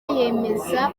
yemeza